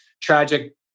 tragic